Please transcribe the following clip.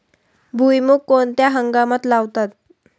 भुईमूग कोणत्या हंगामात लावतात?